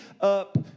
up